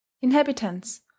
inhabitants